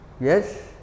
Yes